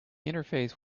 interface